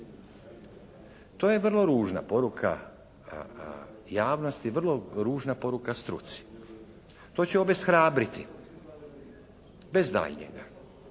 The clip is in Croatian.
To je vrlo ružna poruka javnosti, vrlo ružna poruka struci. To će obeshrabriti bez daljnjega